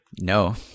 No